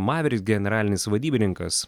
maveriks generalinis vadybininkas